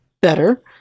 better